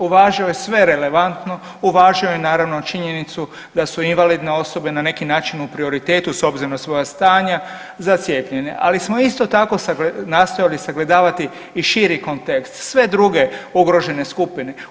Uvažio je sve relevantno, uvažio je naravno činjenicu da su invalidne osobe na neki način u prioritetu s obzirom na svoja stanja za cijepljenje, ali smo isto tako nastojali sagledavati i širi kontekst, sve druge ugrožene skupine.